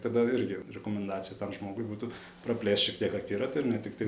tada irgi rekomendacija tam žmogui būtų praplėst šiek tiek akiratį ir ne tiktai